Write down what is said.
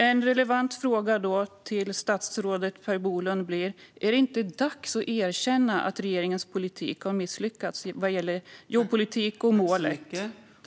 En relevant fråga till statsrådet Per Bolund är då: Är det inte dags att erkänna att regeringens politik har misslyckats vad gäller jobbpolitik och målet?